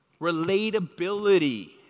Relatability